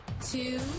Two